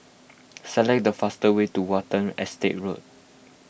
select the fastest way to Watten Estate Road